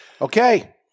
okay